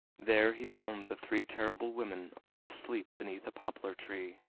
there he found the three terrible women all asleep beneath a poplar tree,